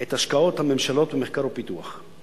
את השקעות הממשלות במחקר ופיתוח.